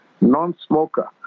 non-smoker